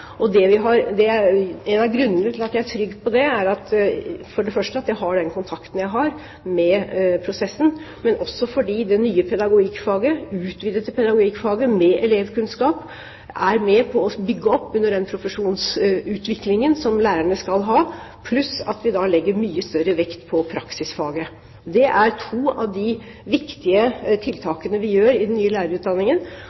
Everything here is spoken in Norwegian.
som er stolte av sin profesjon. En av grunnene til at jeg er trygg på det, er for det første at jeg har den kontakten jeg har med prosessen. Jeg er det også fordi det nye, utvidede pedagogikkfaget, med elevkunnskap, er med på å bygge opp under den profesjonsutviklingen som lærerne skal ha, pluss at vi legger mye større vekt på praksisfaget. Det er to av de viktige